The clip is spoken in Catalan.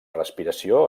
respiració